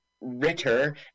Ritter